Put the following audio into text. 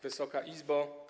Wysoka Izbo!